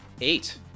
Eight